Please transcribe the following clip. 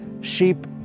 sheep